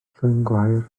llwyngwair